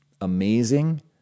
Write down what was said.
amazing